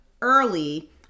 early